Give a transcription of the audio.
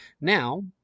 Now